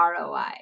ROI